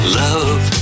love